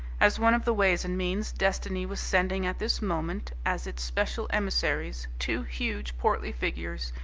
as one of the ways and means, destiny was sending at this moment as its special emissaries two huge, portly figures,